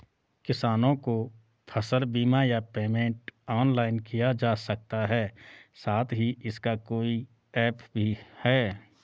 किसानों को फसल बीमा या पेमेंट ऑनलाइन किया जा सकता है साथ ही इसका कोई ऐप भी है?